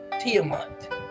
Tiamat